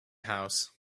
house